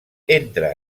entre